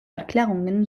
erklärungen